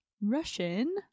Russian